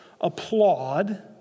applaud